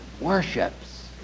worships